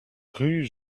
rue